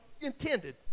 intended